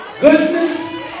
goodness